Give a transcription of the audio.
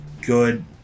Good